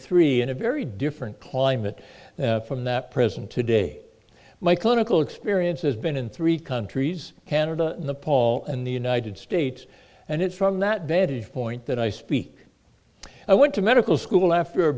three in a very different climate from that present today my clinical experience has been in three countries canada nepal and the united states and it's from that vantage point that i speak i went to medical school after a